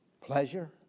Pleasure